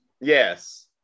Yes